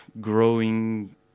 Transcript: growing